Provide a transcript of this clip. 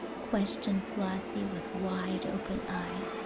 questioned flossie, with wide open eyes.